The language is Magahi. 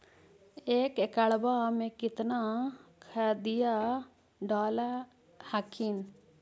एक एकड़बा मे कितना खदिया डाल हखिन?